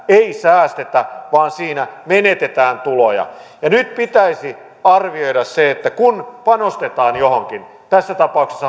ei säästetä vaan siinä menetetään tuloja nyt pitäisi arvioida se että kun panostetaan johonkin tässä tapauksessa